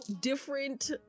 Different